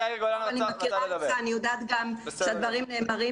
אני מכירה אותך ואני יודעת שהדברים נאמרים